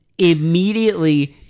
immediately